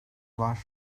var